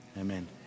Amen